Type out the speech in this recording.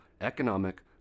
economic